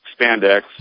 spandex